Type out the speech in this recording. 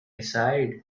aside